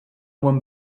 one